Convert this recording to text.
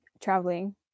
traveling